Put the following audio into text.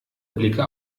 blicke